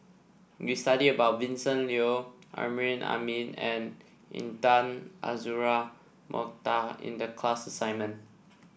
we studied about Vincent Leow Amrin Amin and Intan Azura Mokhtar in the class assignment